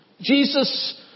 Jesus